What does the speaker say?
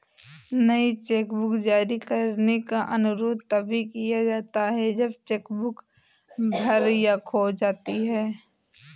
नई चेकबुक जारी करने का अनुरोध तभी किया जाता है जब चेक बुक भर या खो जाती है